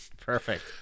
Perfect